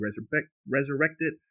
resurrected